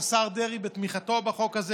ולשוויון מגדרי לשם הכנתה לקריאה השנייה